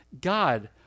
God